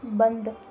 बंद